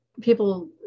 people